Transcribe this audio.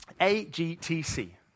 A-G-T-C